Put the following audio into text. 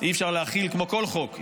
כמו כל חוק,